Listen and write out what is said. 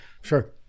sure